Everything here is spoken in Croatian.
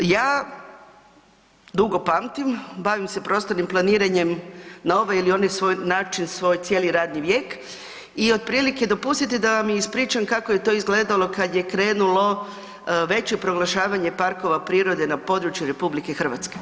Ja dugo pamtim, bavim se prostornim planiranjem na ovaj ili onaj svoj način, svoj cijeli radni vijek, i otprilike, dopustite da vam i ispričam kako je to izgledalo kad je krenulo veće proglašavanja parkova prirode na području RH.